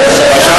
בבקשה.